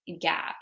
gap